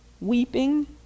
weeping